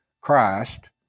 Christ